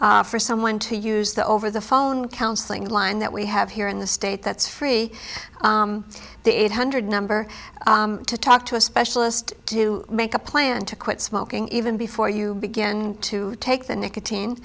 for someone to use the over the phone counseling line that we have here in the state that's free the eight hundred number to talk to a specialist to make a plan to quit smoking even before you begin to take the nicotine